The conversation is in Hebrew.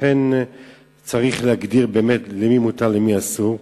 לכן צריך להגדיר באמת למי מותר ולמי אסור.